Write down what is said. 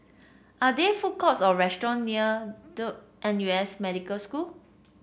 are there food courts or restaurants near Duke N U S Medical School